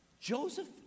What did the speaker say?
Joseph